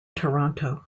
toronto